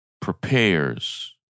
prepares